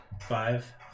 Five